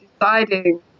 deciding